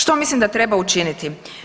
Što mislim da treba učiniti?